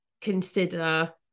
consider